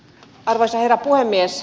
arvoisa herra puhemies